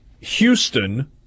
Houston